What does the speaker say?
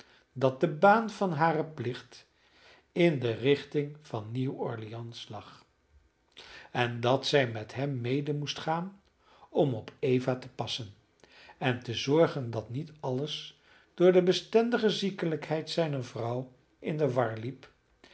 dat de baan van haren plicht in de richting van nieuw orleans lag en dat zij met hem mede moest gaan om op eva te passen en te zorgen dat niet alles door de bestendige ziekelijkheid zijner vrouw in de war liep